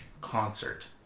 concert